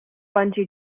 bungee